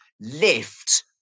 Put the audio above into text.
lift